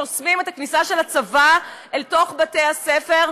חוסמים את הכניסה של הצבא לבתי הספר,